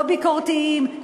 לא ביקורתיים.